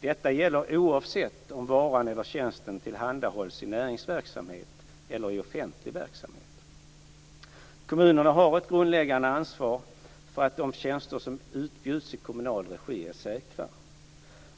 Detta gäller oavsett om varan eller tjänsten tillhandahålls i näringsverksamhet eller i offentlig verksamhet. Kommunerna har ett grundläggande ansvar för att de tjänster som utbjuds i kommunal regi är säkra.